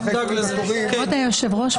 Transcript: אבל אחרי שרואים את התורים כבוד היושב ראש,